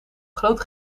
groot